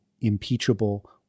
impeachable